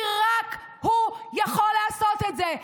כי רק הוא יכול לעשות את זה.